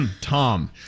Tom